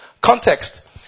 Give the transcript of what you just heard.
Context